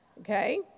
Okay